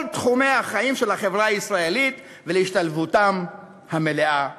תחומי החיים של החברה הישראלית ולהשתלבותם המלאה בהם.